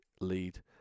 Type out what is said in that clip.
lead